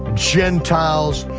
gentiles,